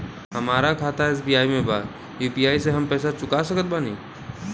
हमारा खाता एस.बी.आई में बा यू.पी.आई से हम पैसा चुका सकत बानी?